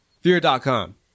Fear.com